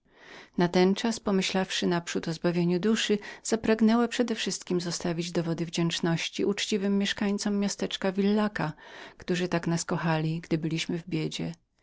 natenczas pomyślawszy naprzód o zbawieniu duszy przedewszystkiem pragnęła zostawić dowody wdzięczności uczciwym mieszkańcom miasteczka villaca którzy tak nas kochali gdy byliśmy w biedzie